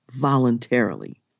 voluntarily